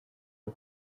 the